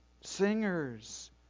singers